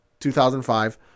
2005